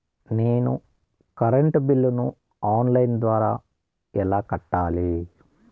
నేను నా కరెంటు బిల్లును ఆన్ లైను ద్వారా ఎలా కట్టాలి?